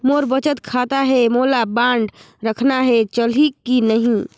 मोर बचत खाता है मोला बांड रखना है चलही की नहीं?